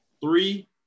Three